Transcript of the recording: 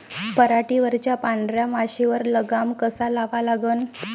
पराटीवरच्या पांढऱ्या माशीवर लगाम कसा लावा लागन?